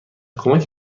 کمک